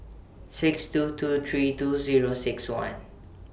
six two two three two Zero six one